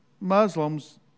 Muslims